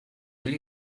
will